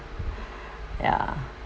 ya